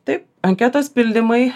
taip anketos pildymai